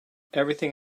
everything